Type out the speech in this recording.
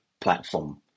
Platform